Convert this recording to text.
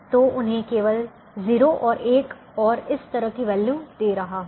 तो मैं उन्हें केवल 0 और 1 और इस तरह की वैल्यू दे रहा हूं